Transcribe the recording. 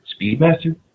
Speedmaster